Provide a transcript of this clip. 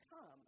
come